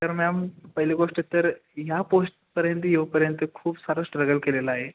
तर मॅम पहिली गोष्ट तर ह्या पोस्टपर्यंत येऊपर्यंत खूप सारा स्ट्रगल केलेला आहे